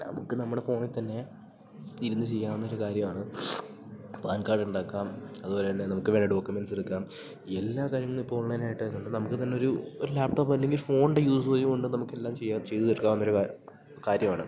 നമുക്ക് നമ്മുടെ ഫോണിൽതന്നെ ഇരുന്ന് ചെയ്യാവുന്നൊരു കാര്യമാണ് പാൻ കാർഡ് ഉണ്ടാക്കാം അതുപോലെതന്നെ നമുക്ക് വേണ്ട ഡോക്യുമെൻ്റ്സ് എടുക്കാം എല്ലാ കാര്യങ്ങളും ഇപ്പോൾ ഓൺലൈനായിട്ട് നമുക്കുതന്നെ ഒരു ലാപ്ടോപ്പ് അല്ലെങ്കിൽ ഫോണിൻ്റെ യൂസ് വഴികൊണ്ട് നമുക്ക് എല്ലാം ചെയ്യാം ചെയ്തു തീർക്കാവുന്ന ഒരു കാര്യമാണ്